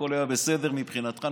הכול היה בסדר מבחינתך,